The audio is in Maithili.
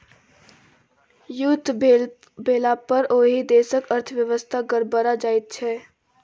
युद्ध भेलापर ओहि देशक अर्थव्यवस्था गड़बड़ा जाइत छै